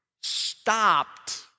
stopped